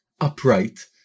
upright